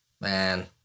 Man